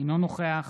אינו נוכח